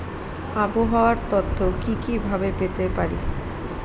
আবহাওয়ার তথ্য কি কি ভাবে পেতে পারি?